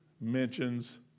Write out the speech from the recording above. mentions